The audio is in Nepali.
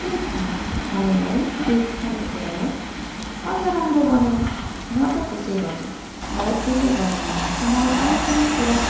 अनि त्यही खाने खानेलाई त्यही खानेकुरालाई अझ राम्रो बनायो म त त्यसै गर्छु मलाई त्यसै गर्न मनलाग्छ मलाई कुनै पनि कुरा